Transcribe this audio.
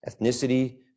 ethnicity